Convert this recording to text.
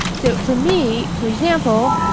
so, for me, for example,